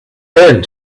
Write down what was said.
then